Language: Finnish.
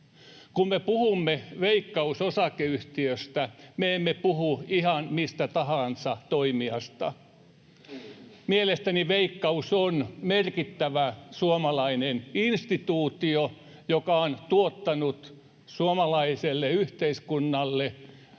Kun me puhumme Veikkaus-osakeyhtiöstä, me emme puhu ihan mistä tahansa toimijasta. Mielestäni Veikkaus on merkittävä suomalainen instituutio, joka on tuottanut suomalaiselle yhteiskunnalle,